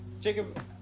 Jacob